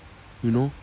you know